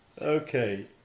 Okay